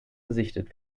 gesichtet